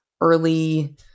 early